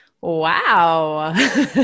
Wow